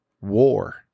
war